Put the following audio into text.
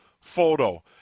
photo